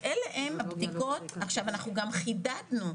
אנחנו גם חידדנו.